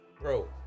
bro